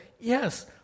Yes